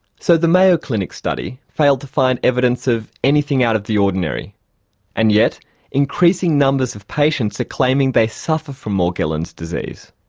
so the mayo clinic study failed to find evidence of anything out of the ordinary and yet increasing numbers of patients are claiming they suffer from morgellons disease.